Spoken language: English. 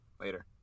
Later